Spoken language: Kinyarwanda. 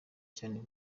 cyane